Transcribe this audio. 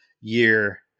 year